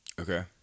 Okay